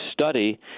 study